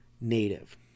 native